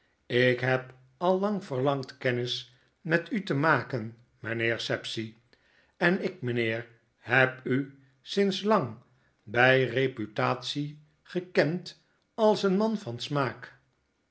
ik heb al lang verlangd kennis met u te maken mijnheer sapsea en ik mijnheer heb u sinds lang bij reputatie gekend als een man van smaak